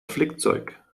flickzeug